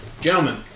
Gentlemen